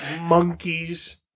monkeys